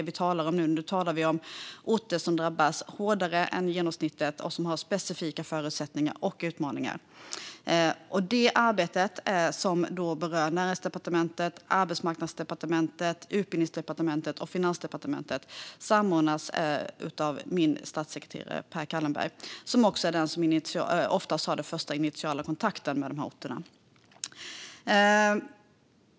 Vi talar nu om orter som drabbats hårdare än genomsnittet och som har specifika förutsättningar och utmaningar. Detta arbete, som berör Näringsdepartementet, Arbetsmarknadsdepartementet, Utbildningsdepartementet och Finansdepartementet, samordnas av min statssekreterare Per Callenberg, som också är den som oftast har den första initiala kontakten med orterna.